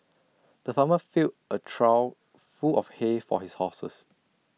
the farmer filled A trough full of hay for his horses